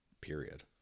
period